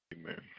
amen